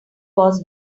was